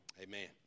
amen